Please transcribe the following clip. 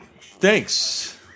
thanks